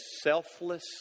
selfless